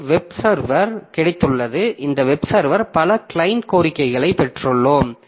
ஒரு web server கிடைத்துள்ளது இந்த வெப் சர்வர் பல கிளையன்ட் கோரிக்கைகளை பெற்றுள்ளோம்